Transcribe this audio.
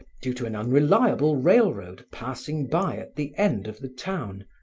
due to an unreliable railroad passing by at the end of the town,